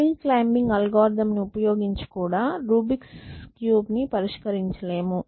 hill climbing algorithm ని ఉపయోగించి కూడా రూబిక్స్ క్యూబ్rubiks cubeను పరిష్కరించలేము